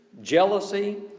jealousy